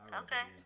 okay